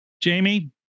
Jamie